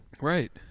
right